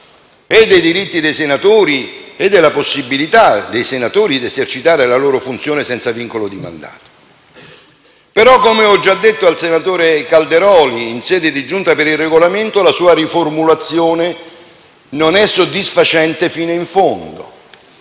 dei diritti dei senatori e della loro prerogativa di esercitare la propria funzione senza vincolo di mandato. Però, come ho già detto al senatore Calderoli in sede di Giunta per il Regolamento, la sua riformulazione non è soddisfacente fino in fondo: